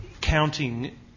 counting